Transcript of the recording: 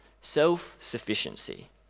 self-sufficiency